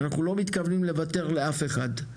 אנחנו לא מתכוונים לוותר לאף אחד.